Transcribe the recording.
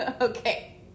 Okay